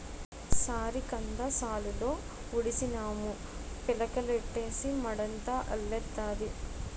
సారికంద సాలులో ఉడిసినాము పిలకలెట్టీసి మడంతా అల్లెత్తాది